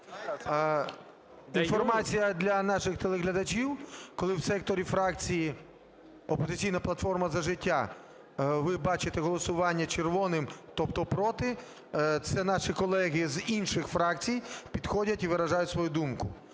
Інформація для наших телеглядачів. Коли в секторі фракції "Опозиційна платформа - За життя" ви бачите голосування червоним, тобто проти, це наші колеги з інших фракцій підходять і виражають свою думку.